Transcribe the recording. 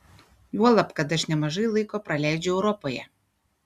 juolab kad aš nemažai laiko praleidžiu europoje